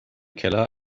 keller